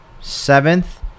seventh